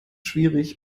schwierig